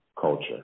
culture